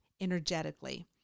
energetically